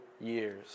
years